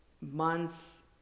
months